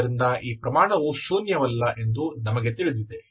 ಆದ್ದರಿಂದ ಈ ಪ್ರಮಾಣವು ಶೂನ್ಯವಲ್ಲ ಎಂದು ನಮಗೆ ತಿಳಿದಿದೆ